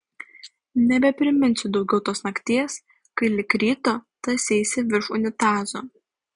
nebepriminsiu daugiau tos nakties kai lig ryto tąseisi virš unitazo